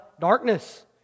darkness